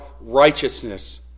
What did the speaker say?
righteousness